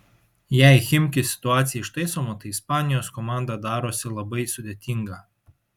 jei chimki situacija ištaisoma tai ispanijos komanda darosi labai sudėtinga